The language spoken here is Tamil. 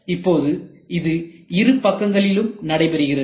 இப்போது இது இரு பக்கங்களிலும் நடைபெறுகிறது